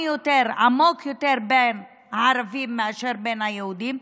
והוא עמוק יותר אצל הערבים מאשר אצל היהודים,